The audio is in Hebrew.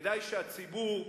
כדאי שהציבור,